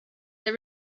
they